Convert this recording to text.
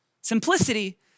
Simplicity